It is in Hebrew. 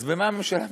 אז במה הממשלה מתעסקת,